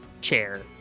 chair